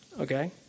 Okay